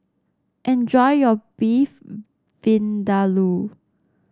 enjoy your Beef Vindaloo